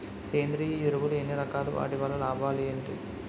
సేంద్రీయ ఎరువులు ఎన్ని రకాలు? వాటి వల్ల లాభాలు ఏంటి?